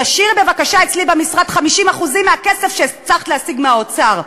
תשאירי בבקשה אצלי במשרד 50% מהכסף שהצלחת להשיג מהאוצר.